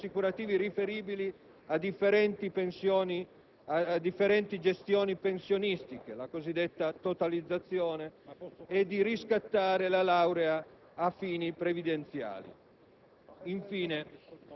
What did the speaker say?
di cumulare periodi assicurativi riferibili a differenti gestioni pensionistiche (la cosiddetta totalizzazione) e di riscattare la laurea a fini previdenziali.